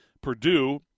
Purdue